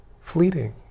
fleeting